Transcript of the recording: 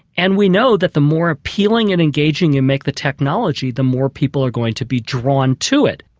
and we know that the more appealing and engaging you make the technology the more people are going to be drawn to it.